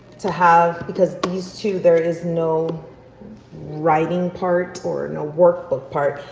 to have because these two, there is no writing part or no workbook part.